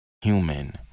human